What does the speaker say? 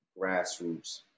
grassroots